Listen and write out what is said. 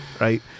right